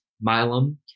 Milam